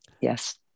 yes